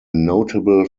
notable